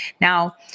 Now